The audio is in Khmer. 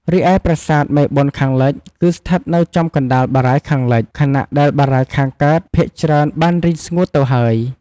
រីឯប្រាសាទមេបុណ្យខាងលិច គឺស្ថិតនៅចំកណ្ដាលបារាយណ៍ខាងលិច ខណៈដែលបារាយណ៍ខាងកើតភាគច្រើនបានរីងស្ងួតទៅហើយ។